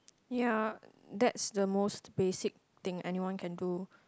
ya that's the most basic thing anyone can do